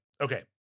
Okay